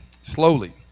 slowly